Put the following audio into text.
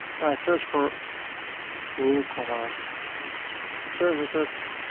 and i search for woocommerce services.